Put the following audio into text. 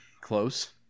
Close